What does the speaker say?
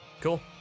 Cool